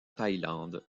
thaïlande